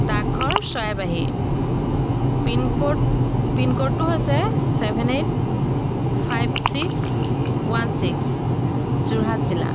ডাকঘৰ চৰাইবাহী পিনক'ড পিনক'ডটো হৈছে seven eight five six one six Jorhat জিলা